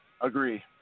Agree